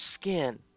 skin